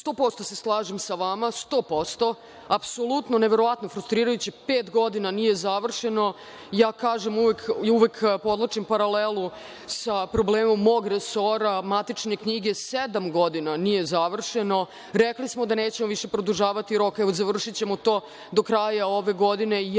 100% se slažem sa vama, apsolutno i neverovatno frustrirajuće, pet godina nije završeno i ja kažem uvek i uvek podvlačim paralelu sa problemom mog resora, matične knjige nisu završene sedam godina. Rekli smo da nećemo više produžavati rok i završićemo to do kraja ove godine.